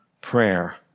prayer